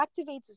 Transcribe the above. activates